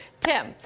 Tim